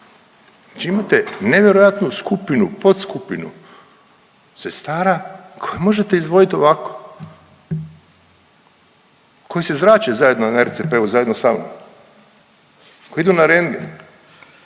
imate nevjerojatnu skupinu, potskupinu sestara koje možete izdvojit ovako, koje se zrače na ERCP-u zajedno sa mnom, koji idu na rendgen,